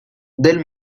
del